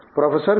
professor V